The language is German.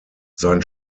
sein